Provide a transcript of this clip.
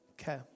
Okay